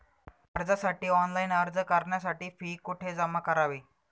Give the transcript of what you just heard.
कर्जासाठी ऑनलाइन अर्ज करण्यासाठी फी कुठे जमा करावी?